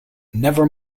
never